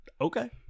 Okay